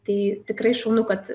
tai tikrai šaunu kad